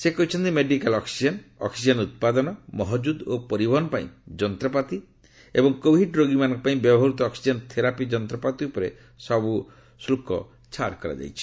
ସେ କହିଛନ୍ତି ମେଡିକାଲ୍ ଅକ୍ଟିକେନ୍ ଅକ୍ଟିକେନ୍ ଉତ୍ପାଦନ ମହଜୁଦ୍ ଓ ପରିବହନ ପାଇଁ ଯନ୍ତପାତି ଏବଂ କୋଭିଡ୍ ରୋଗୀମାନଙ୍କ ପାଇଁ ବ୍ୟବହୃତ ଅକ୍ସିଜେନ୍ ଥେରାପି ଯନ୍ତ୍ରପାତି ଉପରେ ସବୁ ଶୁଳ୍କ ଛାଡ଼ କରାଯାଇଛି